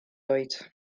oed